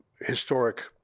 historic